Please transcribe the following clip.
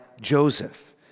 Joseph